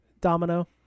Domino